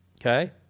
Okay